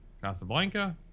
Casablanca